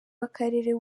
w’akarere